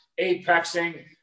apexing